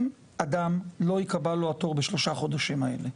אם לאדם לא יקבע התור בשלושה החודשים האלו,